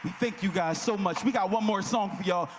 thank you guys so much. we got one more song for y'all,